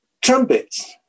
trumpets